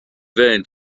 vain